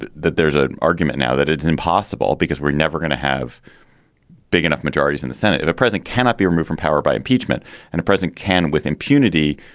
that that there's an argument now that it's impossible because we're never going to have big enough majorities in the senate if a president cannot be removed from power by impeachment and a president can, with impunity,